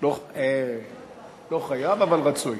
לא חייב, אבל רצוי.